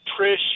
Trish